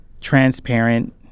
transparent